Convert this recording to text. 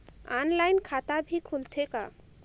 Online खाता भी खुलथे का?